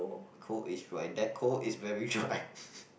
cold is right that cold is very